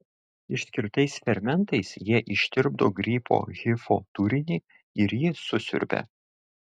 išskirtais fermentais jie ištirpdo grybo hifo turinį ir jį susiurbia